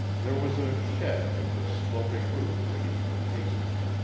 there was a shed with a sloping roof beneath her casement